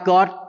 God